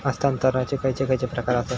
हस्तांतराचे खयचे खयचे प्रकार आसत?